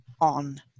on